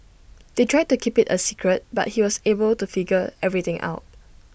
they tried to keep IT A secret but he was able to figure everything out